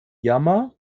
jammer